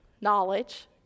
knowledge